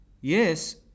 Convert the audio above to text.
yes